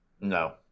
No